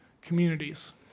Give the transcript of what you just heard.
communities